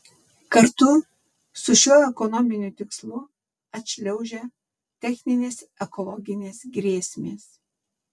kartu su šiuo ekonominiu tikslu atšliaužia techninės ekologinės grėsmės